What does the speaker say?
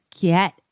get